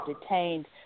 detained